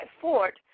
fort